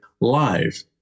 live